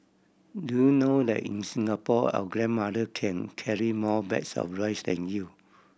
do you know that in Singapore our grandmother can carry more bags of rice than you